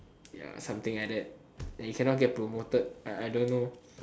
ya something like that and you cannot get promoted uh I don't know